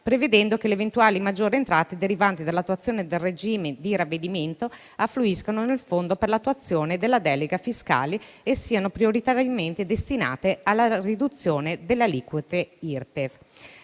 prevedendo che le eventuali maggiori entrate derivanti dall'attuazione del regime di ravvedimento affluiscano nel Fondo per l'attuazione della delega fiscale e siano prioritariamente destinate alla riduzione delle aliquote Irpef.